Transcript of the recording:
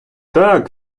так